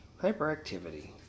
hyperactivity